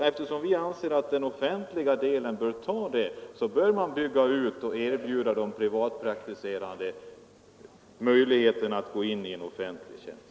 Eftersom vi anser att den offentliga delen av sjukvården bör klara detta, menar vi att man bör bygga ut den och erbjuda de privatpraktiserande möjligheten att gå in i offentlig tjänst.